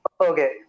Okay